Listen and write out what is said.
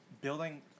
building